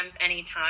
anytime